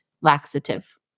laxative